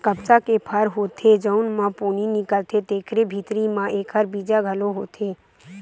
कपसा के फर होथे जउन म पोनी निकलथे तेखरे भीतरी म एखर बीजा घलो होथे